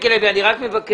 והם לא?